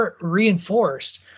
reinforced